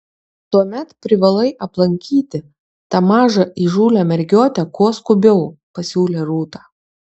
tuomet privalai aplankyti tą mažą įžūlią mergiotę kuo skubiau pasiūlė rūta